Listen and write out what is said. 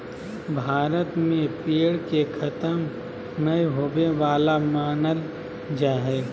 भारत में पेड़ के खतम नय होवे वाला मानल जा हइ